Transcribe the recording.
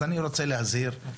אז אני רוצה להזהיר,